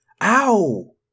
Ow